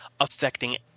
affecting